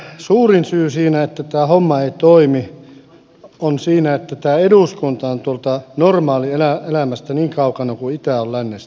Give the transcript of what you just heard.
suurin syy siinä että tämä homma ei toimi on siinä että tämä eduskunta on normaalielämästä niin kaukana kuin itä on lännestä